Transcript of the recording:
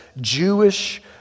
Jewish